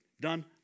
done